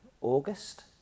August